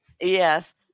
Yes